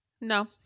No